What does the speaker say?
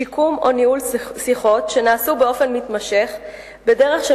שיקום או ניהול שיחות שנעשו באופן מתמשך בדרך של